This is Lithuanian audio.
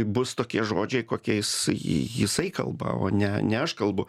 bus tokie žodžiai kokiais ji jisai kalba o ne ne aš kalbu